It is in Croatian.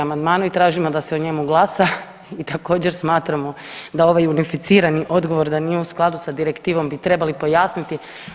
Ostajemo pri amandmanu i tražimo da se o njemu glasa i također, smatramo da ovaj unificirani odgovor da nije u skladu sa Direktivom bi trebali pojasniti.